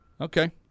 Okay